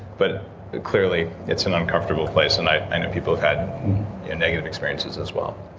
but clearly it's an uncomfortable place and i know people who've had negative experiences as well.